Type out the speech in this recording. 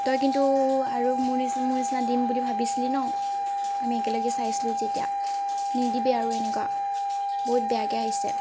তই কিন্তু আৰু মোৰ নি নিচিনা দিম বুলি ভাবিছিলি ন আমি একেলগে চাইছিলো যেতিয়া নিদিবি আৰু এনেকুৱা বহুত বেয়াকৈ আহিছে